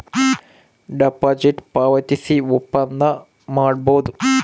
deposit ಪಾವತಿಸಿ ಒಪ್ಪಂದ ಮಾಡಬೋದು